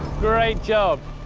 great job.